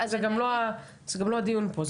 זה גם לא הדיון פה,